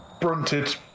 brunted